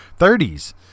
30s